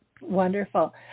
Wonderful